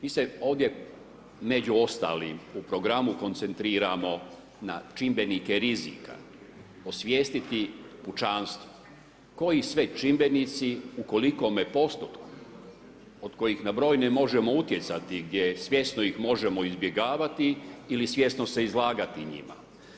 Mi se ovdje, među ostalim u programu koncentriramo na čimbenike rizika, osvijestiti pučanstvo koji sve čimbenici u kolikome postotku, od kojih na brojne možemo utjecati, gdje svjesno ih možemo izbjegavati ili svjesno se izlagati njima.